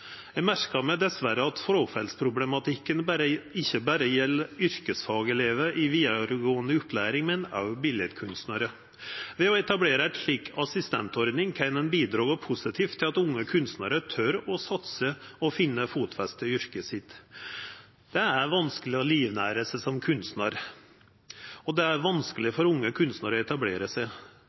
Eg merkar meg dessverre at fråfallsproblematikken ikkje berre gjeld yrkesfagelevane i vidaregåande opplæring, men også biletkunstnarar. Ved å etablera ei slik assistentordning kan ein bidra positivt til at unge kunstnarar tør å satsa og finna fotfeste i yrket sitt. Det er vanskeleg å livnæra seg som kunstnar. Det er vanskeleg for unge kunstnarar å etablera seg.